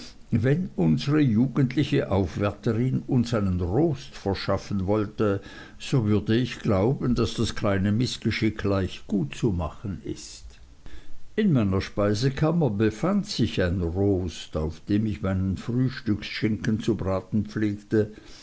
wenn unsere jugendliche aufwärterin uns einen rost verschaffen wollte so würde ich glauben daß das kleine mißgeschick leicht gutzumachen ist in meiner speisekammer befand sich ein rost auf dem ich meinen frühstücksschinken zu braten pflegte